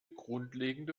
grundlegende